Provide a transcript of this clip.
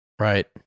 right